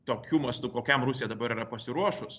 tokiu mastu kokiam rusija dabar yra pasiruošus